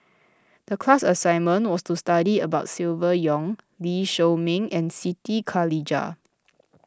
the class assignment was to study about Silvia Yong Lee Shao Meng and Siti Khalijah